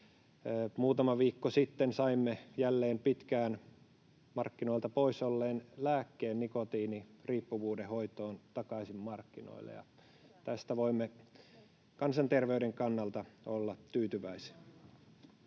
muutama viikko sitten saimme jälleen pitkään markkinoilta pois olleen lääkkeen nikotiiniriippuvuuden hoitoon takaisin markkinoille. Tähän voimme kansanterveyden kannalta olla tyytyväisiä.